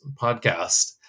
podcast